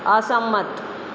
અસંમત